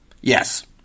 Yes